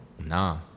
Nah